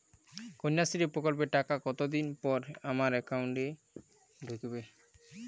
কন্যাশ্রী প্রকল্পের টাকা কতদিন পর আমার অ্যাকাউন্ট এ ঢুকবে?